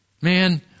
Man